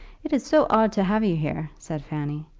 it is so odd to have you here, said fanny.